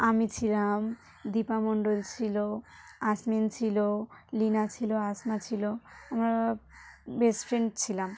আমি ছিলাম দীপা মণ্ডল ছিল আসমিন ছিল লীনা ছিল আসমা ছিল আমরা বেস্ট ফ্রেন্ড ছিলাম